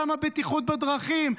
גם הבטיחות בדרכים,